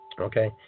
okay